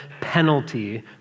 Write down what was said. penalty